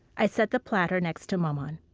i set the platter next to maman.